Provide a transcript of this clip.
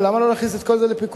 למה לא להכניס את כל זה לפיקוח?